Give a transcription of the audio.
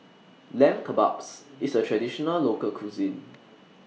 Lamb Kebabs IS A Traditional Local Cuisine